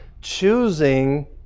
choosing